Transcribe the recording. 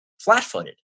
flat-footed